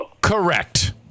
Correct